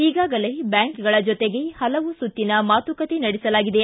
ಈಗಾಗಲೇ ಬ್ಯಾಂಕ್ಗಳ ಜೊತೆ ಹಲವು ಸುತ್ತಿನ ಮಾತುಕತೆ ನಡೆಸಲಾಗಿದೆ